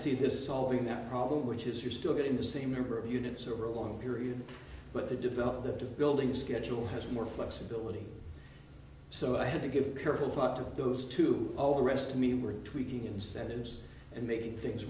see this solving that problem which is you're still getting the same number of units over a long period but they develop the building schedule has more flexibility so i had to give careful thought to those to all the rest to me were tweaking incentives and making things